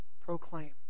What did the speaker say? proclaim